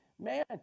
man